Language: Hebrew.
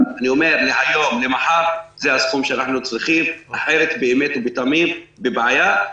זה הסכום שאנחנו צריכים אחרת באמת ובתמים אנחנו בבעיה.